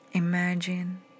Imagine